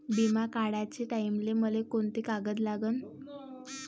बिमा काढाचे टायमाले मले कोंते कागद लागन?